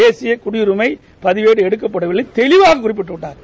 தேசிய குடியுரிமை பதிவேடு எடுக்கப்படவில்லை தெளிவாக குறிப்பிட்டிருக்கிறார்